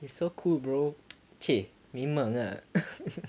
you're so cool bro !chey! memang lah